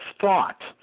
thought